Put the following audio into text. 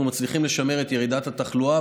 ואנחנו מצליחים לשמר את ירידת התחלואה.